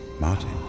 Martin